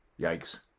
Yikes